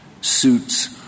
suits